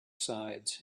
sides